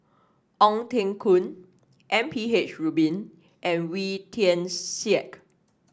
Ong Teng Koon M P H Rubin and Wee Tian Siak